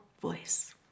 voice